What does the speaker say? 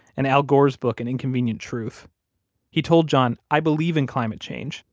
and al gore's book, an inconvenient truth he told john, i believe in climate change.